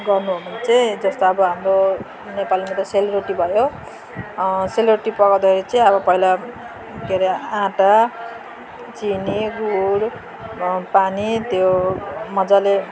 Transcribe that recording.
गर्नु हो भने चाहिँ जस्तो अब हाम्रो नेपालीमा त सेलरोटी भयो सेलरोटी पकाउँदाखेरि चाहिँ अब पहिला के अरे आटा चिनी गुढ पानी त्यो मजाले